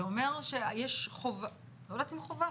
זה אומר שיש חובה אני לא יודעת אם חובה,